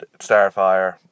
Starfire